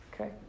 okay